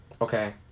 okay